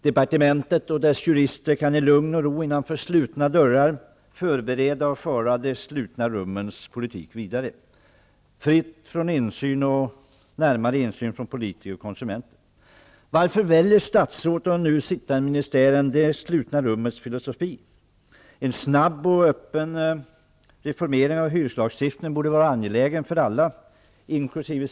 Departementet och dess jurister kan i lugn och ro innanför slutna dörrar förbereda och föra de slutna rummens politik vidare, fritt från närmare insyn från politiker och konsumenter. Varför väljer starådet och den nu sittande ministären det slutna rummets filosofi? En snabb och öppen reformering av hyreslagstiftningen borde var angelägen för alla, inkl.